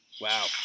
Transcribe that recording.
Wow